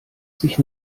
sich